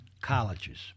colleges